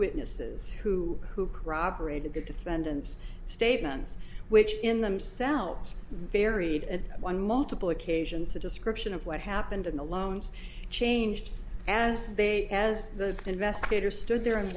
witnesses who who proper a to the defendant's statements which in themselves varied at one multiple occasions the description of what happened in the loans changed as they as the investigator stood there and